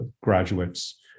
graduates